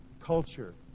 culture